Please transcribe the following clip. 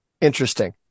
Interesting